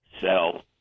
sell